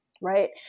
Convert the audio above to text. Right